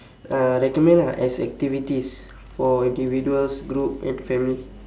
uh recommend ah as activities for individuals group and family